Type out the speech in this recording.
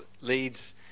leads